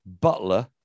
Butler